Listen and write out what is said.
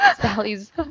Sally's